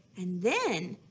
and then,